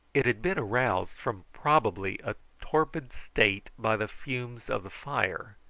it had been aroused from probably a torpid state by the fumes of the fire,